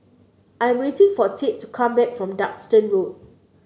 I am waiting for Tate to come back from Duxton Road